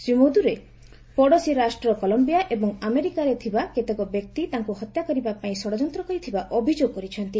Shri Maduro ପଡୋଶୀ ରାଷ୍ଟ୍ର Colombia ଏବଂ ଆମେରିକାରେ ଥିବା କେତେକ ବ୍ୟକ୍ତି ତାଙ୍କ ହତ୍ୟା କରିବା ପାଇଁ ଷଡ଼ଯନ୍ତ୍ର କରିଥିବା ଅଭିଯୋଗ କରିଛନ୍ତି